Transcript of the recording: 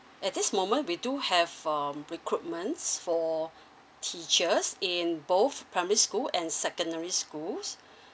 at this moment we do have um recruitments for teachers in both primary school and secondary school